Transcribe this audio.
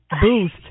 boost